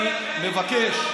אני מבקש,